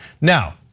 Now